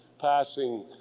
passing